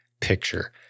picture